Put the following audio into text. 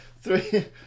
Three